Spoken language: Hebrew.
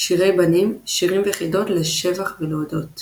שירי בנים – שירים וחידות לשבח ולהודות